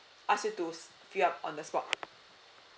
ask you to s~ fill up on the spot